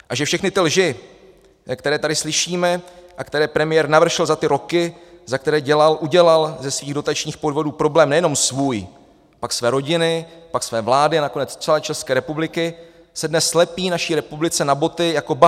A že všechny ty lži, které tady slyšíme a které premiér navršil za ty roky, za které udělal ze svých dotačních podvodů problém nejenom svůj, pak své rodiny, pak své vlády a nakonec celé České republiky, se dnes lepí naší republice na boty jako bahno.